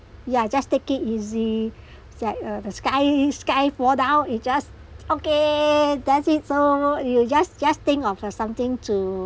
ya just take it easy it's like uh the sky sky fall down you just okay that's it so you just just think of uh something to